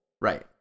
Right